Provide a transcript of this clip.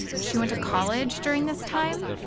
she went to college during this time.